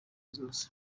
zose